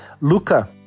Luca